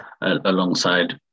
alongside